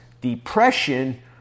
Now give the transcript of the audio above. depression